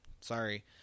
sorry